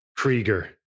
Krieger